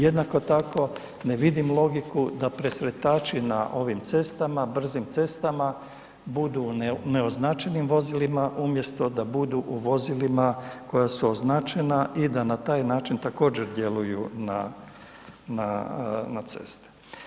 Jednako tako ne vidim logiku da presretači na ovim cestama, brzim cestama budu u neoznačenim vozilima umjesto da budu u vozilima koja su označena i da na taj način također djeluju na ceste.